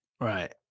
Right